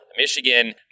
Michigan